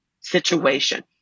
situation